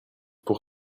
pour